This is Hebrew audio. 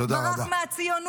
תודה רבה.